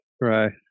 Right